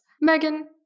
Megan